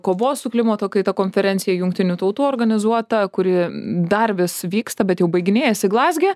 kovos su klimato kaita konferencija jungtinių tautų organizuota kuri dar vis vyksta bet jau baiginėjasi glazge